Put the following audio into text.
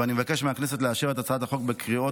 ואני מבקש מהכנסת לאשר את הצעת החוק בקריאות